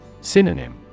Synonym